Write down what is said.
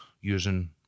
using